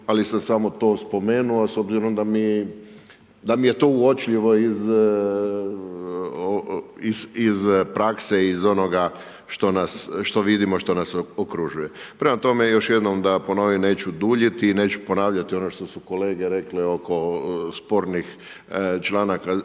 ali sam samo to spomenuo, s obzirom da mi je to uočljivo iz prakse, iz onoga što vidimo, što nas okružuje. Prema tome, da ponovim, neću duljiti, neću ponavljati ono što su kolege rekle, oko spornih članaka